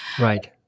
Right